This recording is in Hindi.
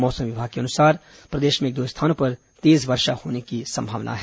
मौसम विभाग के अनुसार प्रदेश में एक दो स्थानों पर तेज वर्षा होने की संभावना है